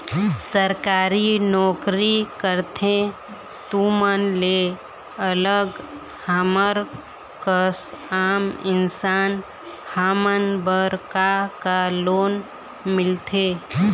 सरकारी नोकरी करथे तुमन ले अलग हमर कस आम इंसान हमन बर का का लोन मिलथे?